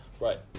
Right